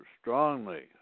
strongly